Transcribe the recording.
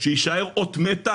שיישאר אות מתה